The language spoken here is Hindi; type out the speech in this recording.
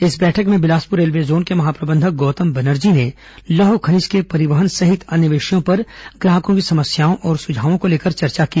इस बैठक में बिलासपुर रेलवे जोन के महाप्रबंधक गौतम बनर्जी ने लौह खनिज के परिवहन सहित अन्य विषयों पर ग्राहकों की समस्याओं और सुझावों को लेकर चर्चा की